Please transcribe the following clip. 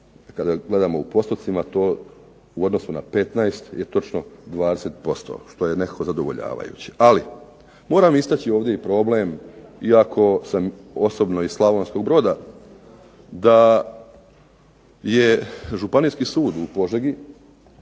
kada gledamo u postocima to u odnosu na 15 je točno 20% što je nekako zadovoljavajuće. Ali moram istaći ovdje i problem iako sam osobno iz Slavonskog Broda da je Županijski sud u Požegi